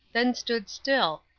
then stood still,